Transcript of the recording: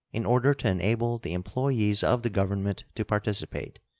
in order to enable the employees of the government to participate,